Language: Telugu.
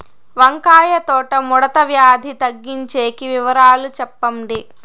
వంకాయ తోట ముడత వ్యాధి తగ్గించేకి వివరాలు చెప్పండి?